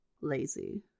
lazy